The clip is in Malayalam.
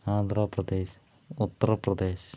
ആന്ധ്രപ്രദേശ് ഉത്തർപ്രദേശ്